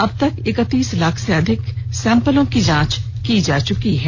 अबतक एकतीस लाख से अधिक सैंपल की जांच की जा चुकी है